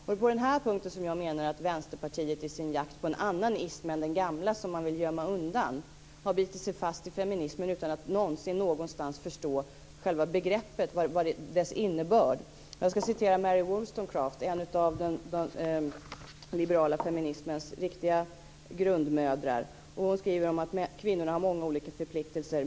Det är på denna punkt som jag menar att Vänsterpartiet i sin jakt på en annan ism än den gamla, som man vill gömma undan, har bitit sig fast i feminismen utan att någonsin förstå själva begreppets innebörd. Jag ska citera Mary Wollstonecraft, en av den liberala feminismens riktiga grundmödrar. Hon skriver att kvinnorna har många olika förpliktelser.